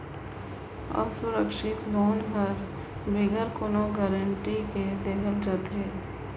असुरक्छित लोन हर बिगर कोनो गरंटी कर देहल जाथे